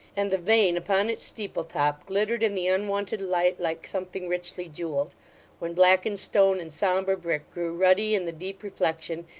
and the vane upon its steeple-top glittered in the unwonted light like something richly jewelled when blackened stone and sombre brick grew ruddy in the deep reflection,